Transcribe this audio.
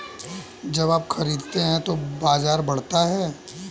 जब आप खरीदते हैं तो बाजार बढ़ता है